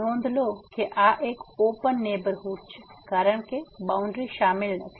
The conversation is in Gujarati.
નોંધ લો કે આ એક ઓપન નેહબરહુડ છે કારણ કે બાઉન્ડ્રી શામેલ નથી